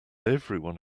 everyone